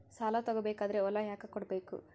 ಸಾಲ ತಗೋ ಬೇಕಾದ್ರೆ ಹೊಲ ಯಾಕ ಕೊಡಬೇಕು?